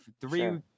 Three